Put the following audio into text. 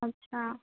अच्छा